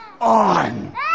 on